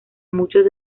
muchos